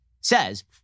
says